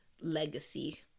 legacy